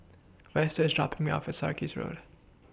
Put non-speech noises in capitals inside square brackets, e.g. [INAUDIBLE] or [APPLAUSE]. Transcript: Vester IS dropping Me off At Sarkies Road [NOISE]